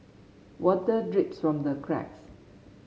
water drips from the cracks